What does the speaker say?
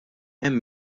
hemm